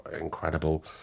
incredible